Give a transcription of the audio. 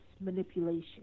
manipulation